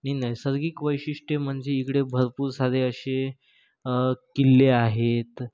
नैसर्गिक वैशिष्ट्यं म्हणजे इकडे भरपूर सारे असे किल्ले आहेत